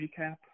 recap